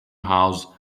house